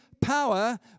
power